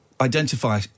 identify